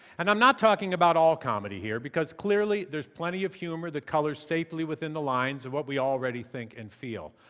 and i'm not talking about all comedy here, because, clearly, there's plenty of humor that colors safely within the lines of what we already think and feel.